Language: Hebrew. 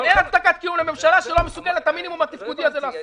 אין הצדקת קיום לממשלה שלא מסוגלת את המינימום התפקודי הזה לעשות.